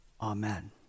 Amen